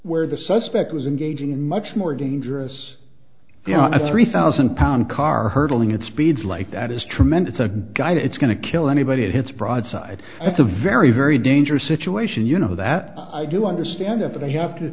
where the suspect was engaging in much more dangerous you know a three thousand pound car hurdling at speeds like that is tremendous a guide it's going to kill anybody it hits broadside it's a very very dangerous situation you know that i do understand if i have to